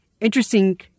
interesting